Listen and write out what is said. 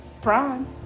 Prime